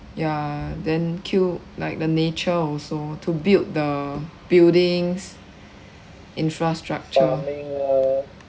ya then kill like the nature also to build the buildings infrastructure